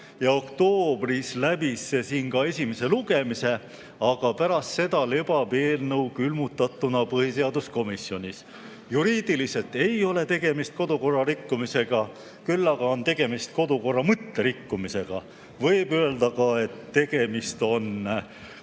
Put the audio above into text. ja oktoobris läbis see siin ka esimese lugemise, aga pärast seda lebab eelnõu külmutatuna põhiseaduskomisjonis. Juriidiliselt ei ole tegemist kodukorra rikkumisega, küll aga on tegemist kodukorra mõtte rikkumisega. Võib öelda ka, et tegemist on